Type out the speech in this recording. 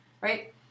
right